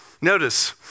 Notice